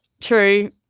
True